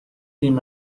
him